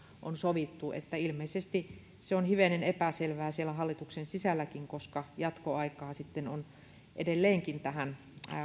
on sovittu ilmeisesti se on hivenen epäselvää siellä hallituksen sisälläkin koska jatkoaikaa on sitten edelleenkin tähän